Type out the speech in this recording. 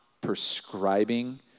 prescribing